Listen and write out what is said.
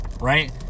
right